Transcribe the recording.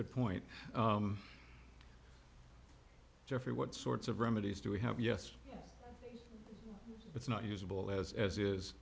good point jeffrey what sorts of remedies do we have yes it's not usable as as i